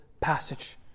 passage